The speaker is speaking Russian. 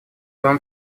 вам